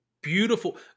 beautiful